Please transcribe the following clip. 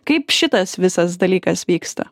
kaip šitas visas dalykas vyksta